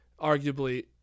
Arguably